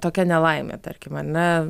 tokia nelaimė tarkim ar ne